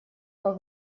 как